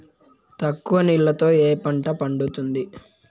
తక్కువ నీళ్లతో ఏ పంట పండుతుంది?